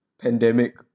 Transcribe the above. pandemic